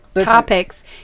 topics